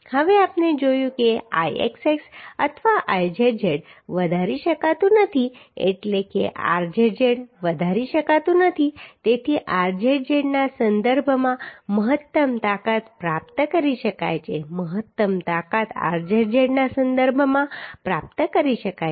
હવે આપણે જોયું કે Ixx અથવા Izz વધારી શકાતું નથી એટલે કે rzz વધારી શકાતું નથી તેથી rzz ના સંદર્ભમાં મહત્તમ તાકાત પ્રાપ્ત કરી શકાય છે મહત્તમ તાકાત rzz ના સંદર્ભમાં પ્રાપ્ત કરી શકાય છે